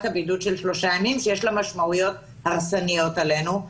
הבידוד של שלושה ימים שיש לה משמעויות הרסניות עלינו.